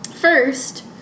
First